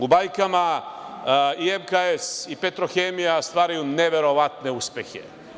U bajkama i MKS i Petrohemija stvaraju neverovatne uspehe.